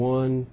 one